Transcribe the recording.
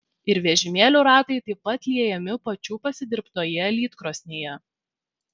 ir vežimėlių ratai taip pat liejami pačių pasidirbtoje lydkrosnėje